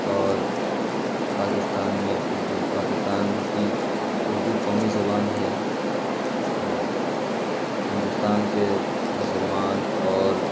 اور پاکستان میں اردو پاکستان کی اردو قومی زبان ہے اور ہندوستان کے مسلمان اور